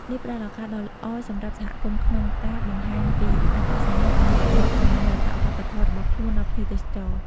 នេះផ្តល់ឱកាសដ៏ល្អសម្រាប់សហគមន៍ក្នុងការ បង្ហាញពីអត្តសញ្ញាណ ទំនៀមទម្លាប់ និងមរតកវប្បធម៌ របស់ខ្លួនដល់ភ្ញៀវទេសចរ។